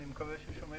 אני רוצה לומר